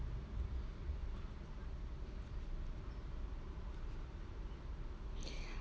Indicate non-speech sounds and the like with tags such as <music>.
<breath>